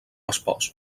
espòs